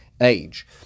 age